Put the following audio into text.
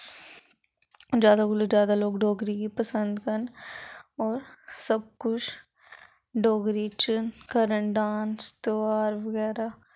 जैदा कोला जैदा लोक डोगरी गी पसंद करन होर सब कुछ डोगरी च करन डांस तेहार बगैरा